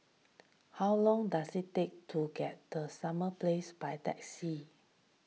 how long does it take to get to Summer Place by taxi